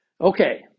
okay